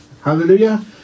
Hallelujah